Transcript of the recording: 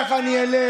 ככה אני אלך,